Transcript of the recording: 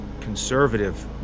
conservative